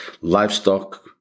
livestock